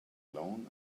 alone